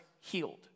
healed